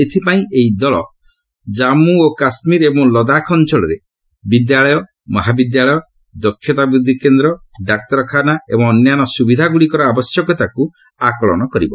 ଏଥିପାଇଁ ଏହି ଦଳ ଜାମ୍ମୁ ଓ କାଶୁୀର ଏବଂ ଲଦାଖ ଅଞ୍ଚଳରେ ବିଦ୍ୟାଳୟ ମହାବିଦ୍ୟାଳୟ ଦକ୍ଷତା ବୃଦ୍ଧି କେନ୍ଦ ଡାକ୍ତରଖାନା ଏବଂ ଅନ୍ୟାନ୍ୟ ସ୍ରବିଧାଗ୍ରଡ଼ିକର ଆବଶ୍ୟକତାକୃ ଆକଳନ କରିବ